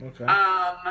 Okay